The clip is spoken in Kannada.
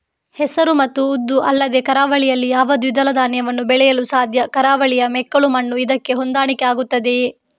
ಹೆಸರು ಮತ್ತು ಉದ್ದು ಅಲ್ಲದೆ ಕರಾವಳಿಯಲ್ಲಿ ಯಾವ ದ್ವಿದಳ ಧಾನ್ಯವನ್ನು ಬೆಳೆಯಲು ಸಾಧ್ಯ? ಕರಾವಳಿಯ ಮೆಕ್ಕಲು ಮಣ್ಣು ಇದಕ್ಕೆ ಹೊಂದಾಣಿಕೆ ಆಗುತ್ತದೆಯೇ?